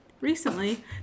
Recently